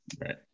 Right